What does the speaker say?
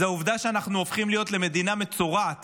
זו עובדה שאנחנו הופכים להיות למדינה מצורעת